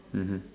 mmhmm